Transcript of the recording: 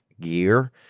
gear